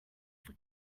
for